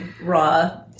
raw